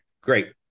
great